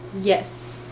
yes